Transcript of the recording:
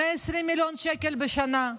120 מיליון שקל בשנה.